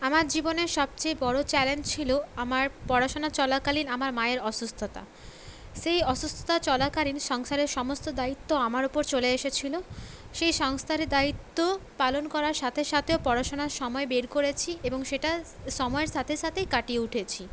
আমার জীবনের সবচেয়ে বড়ো চ্যালেঞ্জ ছিল আমার পড়াশোনা চলাকালীন আমার মায়ের অসুস্থতা সেই অসুস্থতা চলাকালীন সংসারের সমস্ত দায়িত্ব আমার উপর চলে এসেছিলো সেই সংসারের দায়িত্ব পালন করার সাথে সাথে পড়াশোনার সময় বের করেছি এবং সেটা সময়ের সাথে সাথেই কাটিয়ে উঠেছি